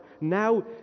now